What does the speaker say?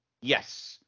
Yes